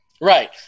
Right